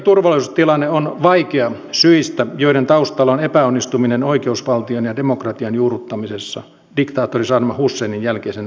irakin turvallisuustilanne on vaikea syistä joiden taustalla on epäonnistuminen oikeusvaltion ja demokratian juurruttamisessa diktaattori saddam husseinin jälkeisenä aikana